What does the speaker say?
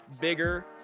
bigger